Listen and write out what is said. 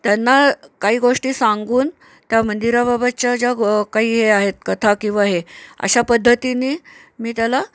त्यांना काही गोष्टी सांगून त्या मंदिराबाबतच्या ज्या ग काही हे आहेत कथा किंवा हे अशा पद्धतीनी मी त्याला